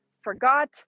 forgot